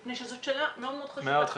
מפני שזו שאלה מאוד חשובה.